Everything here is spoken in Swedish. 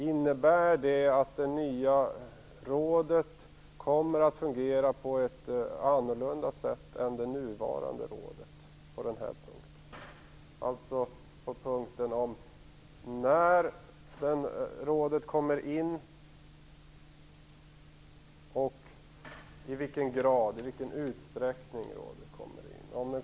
Innebär förslaget att det nya rådet kommer att fungera på ett annorlunda sätt än det nuvarande rådet vad gäller frågan om när rådet kommer in i bilden och i vilken utsträckning?